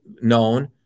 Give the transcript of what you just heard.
known